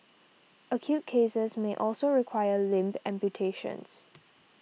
acute cases may also require limb amputations